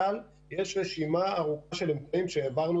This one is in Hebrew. יש רשימה ארוכה של אמצעים שהעברנו